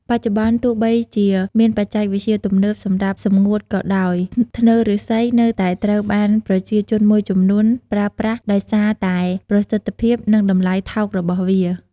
បច្ចុប្បន្ន ទោះបីជាមានបច្ចេកវិទ្យាទំនើបសម្រាប់សម្ងួតក៏ដោយ ធ្នើរឬស្សីនៅតែត្រូវបានប្រជាជនមួយចំនួនប្រើប្រាស់ដោយសារតែប្រសិទ្ធភាព និងតម្លៃថោករបស់វា។